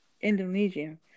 Indonesian